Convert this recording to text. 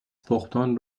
تخمدان